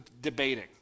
debating